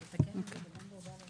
אין דבר כזה.